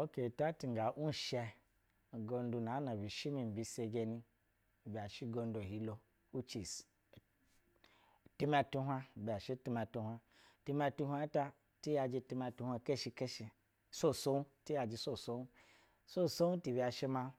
Okee ta ti nga’wishɛ tu! Ugondu naana bishi mi mbisegemia shɛ goudu ahilo which is itimɛ tu hwab ibɛ shɛ timɛ tu hwab time tu hwab ta ti yajɛ timɛ tu hwab keshi keshi swob swob ti yajɛ swob swob. Swob swob ti bɛ shɛ maa